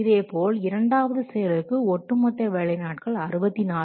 இதேபோல் இரண்டாவது செயலுக்கு ஒட்டுமொத்த வேலை நாட்கள் 64